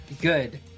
Good